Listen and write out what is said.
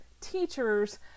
teachers